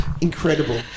Incredible